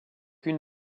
une